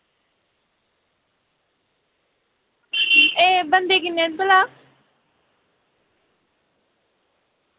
एह् बंदे किन्ने न भला